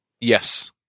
Yes